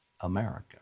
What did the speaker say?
America